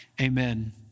amen